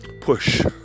push